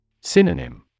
Synonym